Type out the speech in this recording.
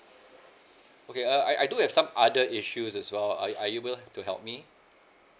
okay I I do have some other issues as well are you are you able to help me